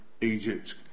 Egypt